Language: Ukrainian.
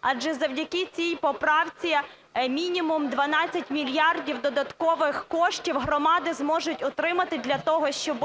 Адже завдяки цій поправці мінімум 12 мільярдів додаткових коштів громади зможуть отримати для того, щоб